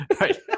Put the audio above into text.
Right